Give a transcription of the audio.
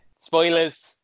Spoilers